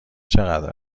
چقدر